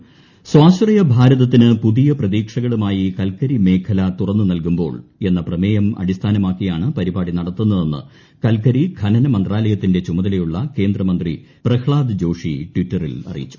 സ്വാശ്രയഭാരതത്തിനു പുതിയ പ്രതീക്ഷകളുമായി കൽക്കരിമേഖല തുറന്നു നൽകുമ്പോൾ എന്ന പ്രമേയം അടിസ്ഥാനമാക്കിയാണ് പരിപാടി നടത്തുന്നതെന്ന് കൽക്കരി ഖനന മന്ത്രാലയത്തിന്റെ ചുമതലയുള്ള കേന്ദ്രമന്ത്രി പ്രഹ്താദ് ജോഷി ട്വിറ്ററിൽ അറിയിച്ചു